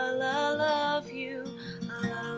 ah love you